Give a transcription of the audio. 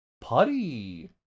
putty